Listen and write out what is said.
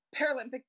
paralympic